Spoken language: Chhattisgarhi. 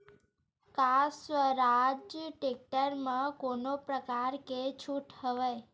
का स्वराज टेक्टर म कोनो प्रकार के छूट हवय?